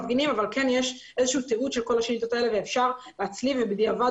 מפגינים אבל כן יש איזשהו תיעוד ואפשר להצליב ובדיעבד